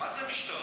מה זה המשטרה?